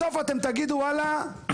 בסוף אתם תגידו וואלה,